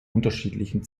unterschiedlichen